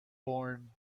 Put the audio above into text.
born